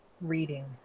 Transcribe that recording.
reading